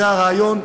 זה הרעיון.